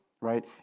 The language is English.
right